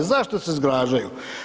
Zašto se zgražaju?